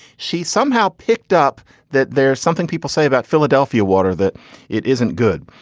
she somehow picked up that there's something people say about philadelphia water that it isn't good.